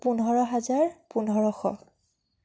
পোন্ধৰ হাজাৰ পোন্ধৰশ